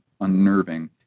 unnerving